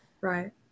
right